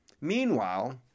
Meanwhile